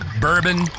bourbon